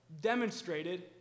demonstrated